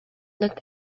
looked